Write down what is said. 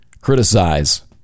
criticize